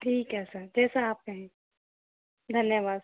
ठीक है सर जैसा आप कहें धन्यवाद सर